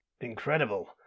Incredible